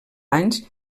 anys